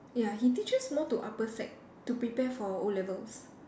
ya he teaches more to upper sec to prepare for O-levels